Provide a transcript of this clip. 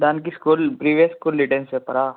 దానికి school previous school details చెప్పరా